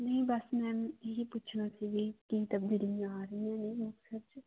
ਨਹੀਂ ਬਸ ਮੈ ਪੁੱਛਣਾ ਇਹੀ ਪੁੱਛਣਾ ਸੀ ਜੀ ਕੀ ਤਬਦੀਲੀਆਂ ਆ ਰਹੀਆਂ ਨੇ ਮੁਕਤਸਰ ਚ